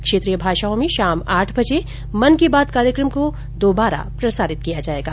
क्षेत्रीय भाषाओं में शाम आठ बजे मन की बात कार्यक्रम को दोबारा प्रसारित किया जाएगा